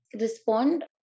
respond